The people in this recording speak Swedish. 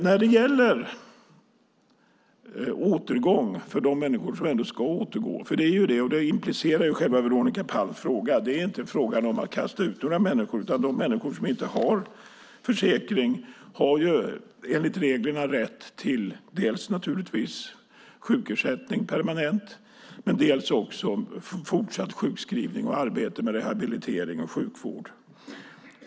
När det gäller återgång för de människor för vilka en sådan ändå gäller är det inte så som Veronica Palms fråga implicerar. Det handlar inte om att kasta ut människor, utan de människor som inte har en försäkring har enligt reglerna naturligtvis rätt dels till permanent sjukersättning, dels till fortsatt sjukskrivning och arbete med rehabilitering och sjukvård.